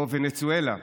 או ונצואלה.